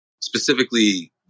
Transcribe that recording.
specifically